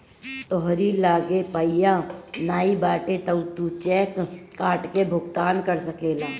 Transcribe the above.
तोहरी लगे पइया नाइ बाटे तअ तू चेक काट के भुगतान कर सकेला